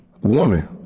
woman